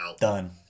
done